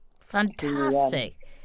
fantastic